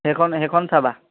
সেইখন সেইখন চাবা